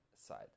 side